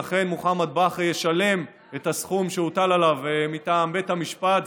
ואכן מוחמד בכרי ישלם את הסכום שהוטל עליו מטעם בית המשפט.